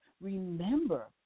remember